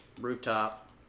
rooftop